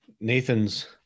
Nathan's